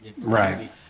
Right